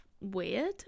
weird